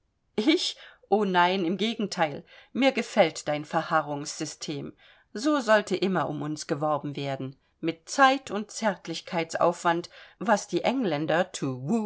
ich o nein im gegenteil mir gefällt dein verharrungssystem so sollte immer um uns geworben werden mit zeit und zärtlichkeitsaufwand was die engländer